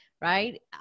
right